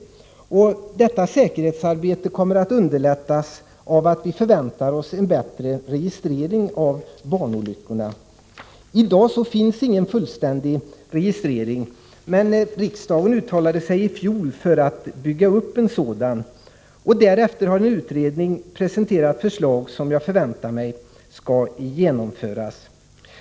Detta säkerhetsarbete kommer att underlättas av att vi förväntar oss en bättre registrering av barnolyckorna. I dag finns ingen fullständig registrering. Men riksdagen uttalade sig i fjol för att bygga upp en sådan. Därefter har en utredning presenterat förslag, som jag förväntar mig skall genomföras.